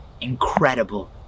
incredible